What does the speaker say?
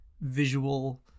visual